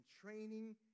training